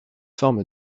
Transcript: forme